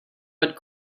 but